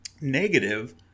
negative